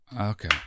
Okay